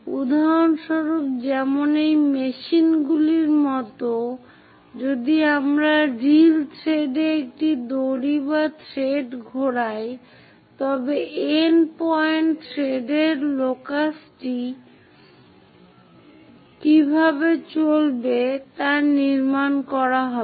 উদাহরণস্বরূপ যেমন এই মেশিনগুলির মত যদি আমরা রিল থ্রেডে একটি দড়ি বা থ্রেড ঘোরাই তবে এন্ডপয়েন্ট থ্রেডের লোকাসটি কিভাবে চলাচল করবে তা নির্মাণ করা হবে